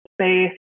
space